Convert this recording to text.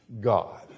God